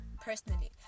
personally